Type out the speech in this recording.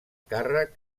càrrec